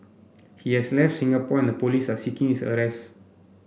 he has left Singapore and the police are seeking his arrest